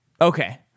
Okay